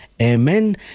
Amen